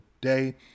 day